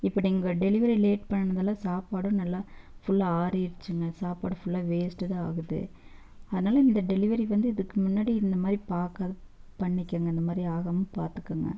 இப்போ நீங்கள் delivery late பண்ணதால் சாப்பாடும் நல்லா ஃபுல்லாக ஆறிடுசுங்க சாப்பாடு ஃபுல்லாக வேஸ்ட்டு தான் ஆகுது அதனால இந்த டெலிவரி வந்து இதுக்கு முன்னாடி இந்தமாதிரி பார்க்காத பண்ணிக்கங்க இந்தமாதிரி ஆகாமல் பார்த்துக்கோங்க